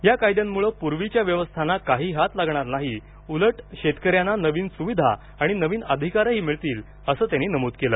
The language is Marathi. या कायद्यांमुळे पूर्वीच्या व्यवस्थांना काही हात लागणार नाही उलट शेतकऱ्यांना नवीन सुविधा आणि नवीन अधिकारही मिळतील असं त्यांनी त्यांनी नमूद केलं